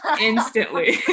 instantly